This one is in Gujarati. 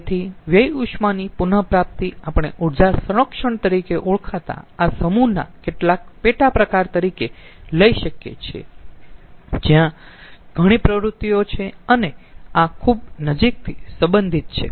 તેથી વ્યય ઉષ્માની પુન પ્રાપ્તિ આપણે ઉર્જા સંરક્ષણ તરીકે ઓળખાતા આ સમૂહના કેટલાક પેટા પ્રકાર તરીકે લઈ શકીયે છીએ જ્યાં ઘણી પ્રવૃત્તિઓ છે અને આ ખુબ નજીકથી સંબંધિત છે